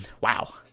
Wow